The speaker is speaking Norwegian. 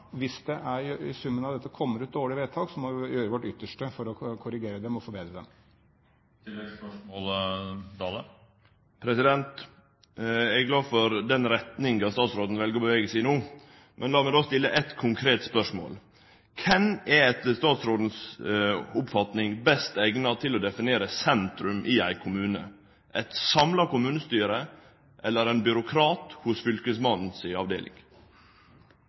summen av dette blir et dårlig vedtak, må vi gjøre vårt ytterste for å korrigere det og forbedre det. Eg er glad for den retninga statsråden vel å bevege seg i no. Men lat meg då stille eitt konkret spørsmål: Kven er etter statsrådens oppfatning best eigna til å definere sentrum i ein kommune – eit samla kommunestyre eller ein byråkrat i fylkesmannen si avdeling?